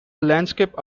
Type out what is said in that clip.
landscape